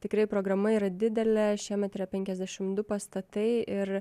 tikrai programa yra didelė šiemet yra penkiasdešim du pastatai ir